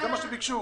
זה מה שביקשו.